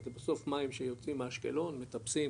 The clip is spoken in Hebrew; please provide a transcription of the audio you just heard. בסוף מים שיוצאים מאשקלון, מתפסים